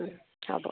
হ'ব